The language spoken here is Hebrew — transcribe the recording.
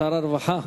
שר הרווחה.